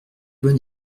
bon